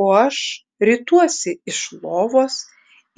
o aš rituosi iš lovos